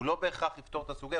לא בהכרח יפתור את הסוגיה,